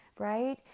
Right